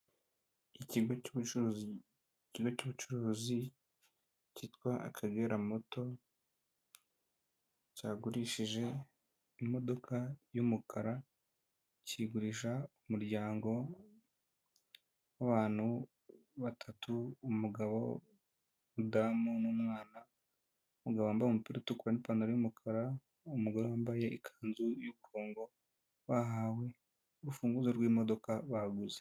Ikigo cy'ubucuruzi cyitwatwa akagera moto muto cyagurishije imodoka y'umukara kiyigurisha umuryango wabantu batatu; umugabo, umudamu, n'umwana, umugabo wambaye umupira utukura n'ipantaro y'umukara, umugore wambaye ikanzu y'uturongo bahawe urufunguzo rw'imodoka baruguze.